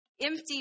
empty